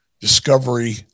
Discovery